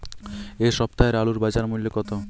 এ সপ্তাহের আলুর বাজার মূল্য কত?